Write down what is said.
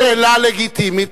אבל זאת שאלה לגיטימית.